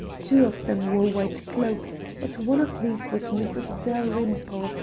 two of them wore white cloaks, but one of these was mrs. dalrymple,